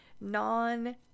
non-